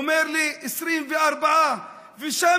הוא אומר לי: 24. ושם,